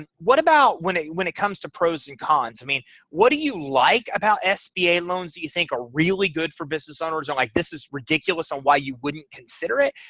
what about when, when it comes to pros and cons. i mean what do you like about sba loans do you think are really good for business owners and like this is ridiculous and why you wouldn't consider it.